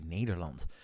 Nederland